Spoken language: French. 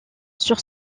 sur